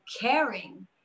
caring